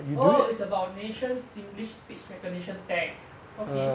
oh is about nation singlish speech recognition tech okay